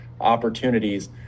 opportunities